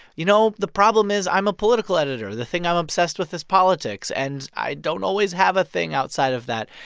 you know, the problem is i'm a political editor. the thing i'm obsessed with is politics. and i don't always have a thing outside of that.